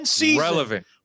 relevant